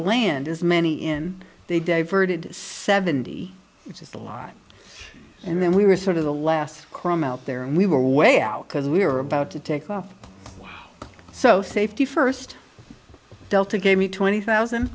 land as many in they diverted seventy which is a lot and then we were sort of the last crumb out there and we were way out because we were about to take off so safety first delta gave me twenty thousand